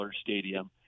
stadium